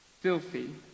filthy